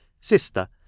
Sister